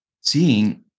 seeing